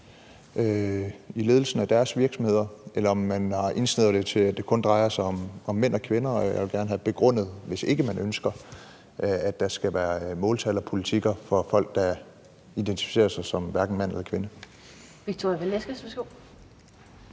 i ledelsen af deres virksomheder, eller om man har indsnævret det til, at det kun drejer sig om mænd og kvinder. Og jeg vil gerne have det begrundet, hvis ikke man ønsker, at der skal være måltal og politikker for folk, der identificerer sig som hverken mand eller kvinde. Kl. 17:16 Den fg.